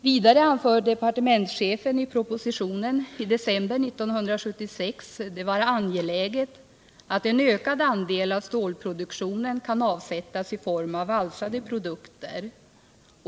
Vidare anförde departementschefen i propositionen i december 1976 att det är angeläget att en ökad andel av stålproduktionen kan avsättas i form av valsade produkter.